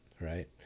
Right